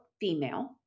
female